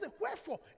Wherefore